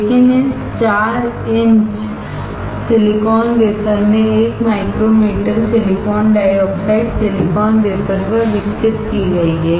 लेकिन इस 4 inch silicon wafer में 1 micrometre silicon dioxide silicon wafer पर विकसित की गई है